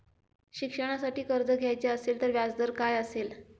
शिक्षणासाठी कर्ज घ्यायचे असेल तर व्याजदर काय असेल?